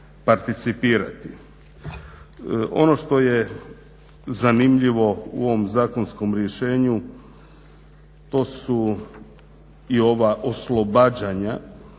Ono što je zanimljivo u ovom zakonskom rješenju to su i ova oslobađanja.